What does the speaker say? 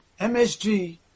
MSG